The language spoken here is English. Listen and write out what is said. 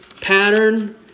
pattern